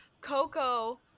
Coco